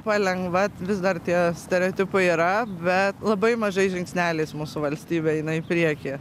palengva vis dar tie stereotipai yra bet labai mažais žingsneliais mūsų valstybė eina į priekį